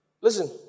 Listen